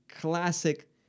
Classic